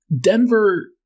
Denver